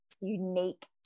unique